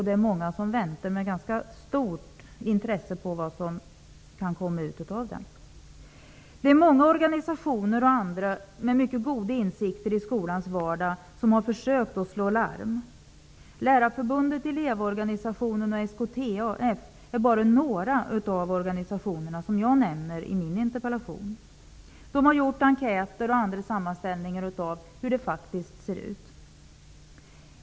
Det är många som väntar med ganska stort intresse på vad som kan komma ut av detta. Det är många organisationer och andra med mycket goda insikter i skolans vardag som har försökt att slå larm. Lärarförbundet, eleverorganisationerna och SKTF är bara några av de organisationer som jag nämner i min interpellation. De har gjort enkäter och andra sammanställningar av hur det faktiskt ser ut.